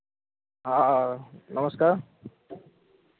नमस्कार